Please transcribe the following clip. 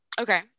Okay